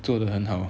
做的很好